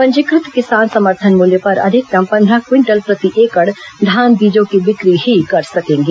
पंजीकृत किसान समर्थन मूल्य पर अधिकतम पंद्रह क्विंटल प्रति एकड़ धान बीजों की बिक्री ही कर सकेंगे